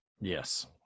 Yes